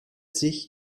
sich